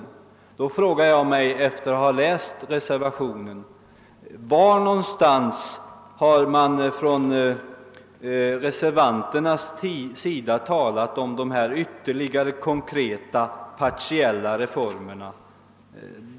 Men jag frågar mig efter att ha läst reservationen: Var någonstans har reservanterna konkret talat om ytterligare partiella reformer?